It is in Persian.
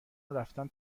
ورفتن